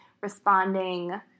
responding